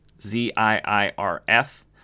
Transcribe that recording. Z-I-I-R-F